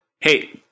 Hey